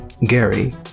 Gary